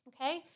Okay